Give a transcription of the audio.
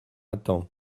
attends